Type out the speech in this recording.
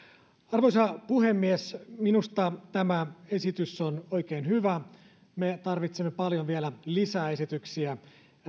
arvoisa puhemies minusta tämä esitys on oikein hyvä me tarvitsemme paljon vielä lisää esityksiä